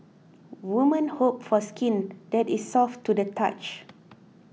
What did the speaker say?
women hope for skin that is soft to the touch